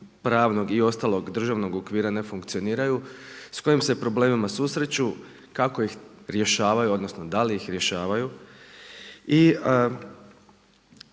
pravnog i ostalog državnog okvira ne funkcioniraju, s kojim se problemima susreću, kako ih rješavaju odnosno da li ih rješavaju.